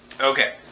okay